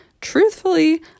Truthfully